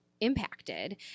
impacted